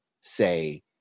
say